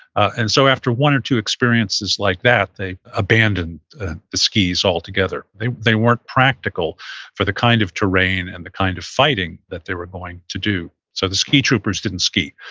and so after one or two experiences like that, they abandoned the skis altogether. they they weren't practical for the kind of terrain and the kind of fighting that they were going to do. so the ski troopers didn't ski,